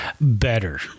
better